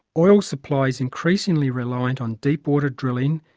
oil supply is increasingly reliant on deepwater drilling,